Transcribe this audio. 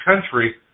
country